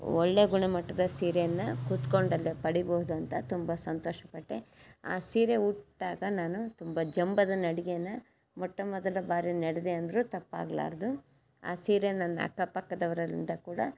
ಒಳ್ಳೆಯ ಗುಣಮಟ್ಟದ ಸೀರೆಯನ್ನು ಕೂತ್ಕೊಂಡಲ್ಲೇ ಪಡೀಬಹ್ದು ಅಂತ ತುಂಬ ಸಂತೋಷ ಪಟ್ಟೆ ಆ ಸೀರೆ ಉಟ್ಟಾಗ ನಾನು ತುಂಬ ಜಂಬದ ನಡಿಗೆಯನ್ನು ಮೊಟ್ಟ ಮೊದಲ ಬಾರಿ ನಡೆದೆ ಅಂದರೂ ತಪ್ಪಾಗಲಾರ್ದು ಆ ಸೀರೆ ನನ್ನ ಅಕ್ಕಪಕ್ಕದವ್ರಿಂದ ಕೂಡ